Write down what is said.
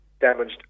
damaged